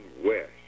west